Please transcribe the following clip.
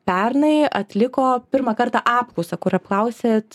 pernai atliko pirmą kartą apklausą kur apklausėt